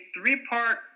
three-part